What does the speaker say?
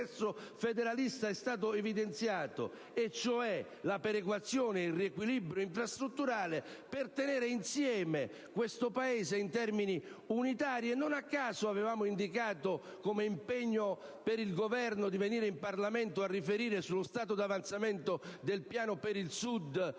processo federalista è stato evidenziato, cioè la perequazione ed il riequilibrio infrastrutturale a tenere insieme questo Paese in termini unitari. Non a caso abbiamo indicato, come impegno per il Governo, di venire in Parlamento a riferire sullo stato d'avanzamento del piano per il Sud,